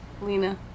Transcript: Lena